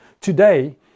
today